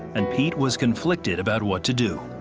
and pete was conflicted about what to do.